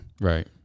Right